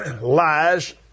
lies